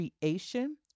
creation